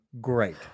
great